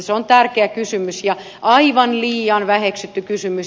se on tärkeä ja aivan liian väheksytty kysymys